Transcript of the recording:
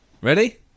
ready